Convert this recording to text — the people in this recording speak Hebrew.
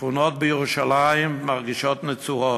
שכונות בירושלים מרגישות נצורות.